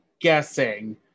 guessing